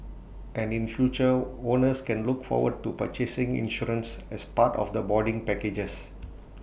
and in future owners can look forward to purchasing insurance as part of the boarding packages